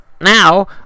now